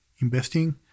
investing